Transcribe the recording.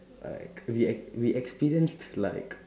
like we ex we experienced like